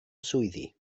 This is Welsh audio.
swyddi